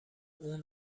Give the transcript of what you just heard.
اون